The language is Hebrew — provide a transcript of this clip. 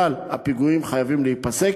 אבל הפיגועים חייבים להיפסק,